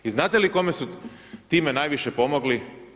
I znate li kome su time najviše pomogli?